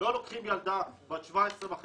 לא לוקחים ילדה בת 17.5